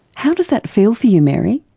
how does that feel for you, mary?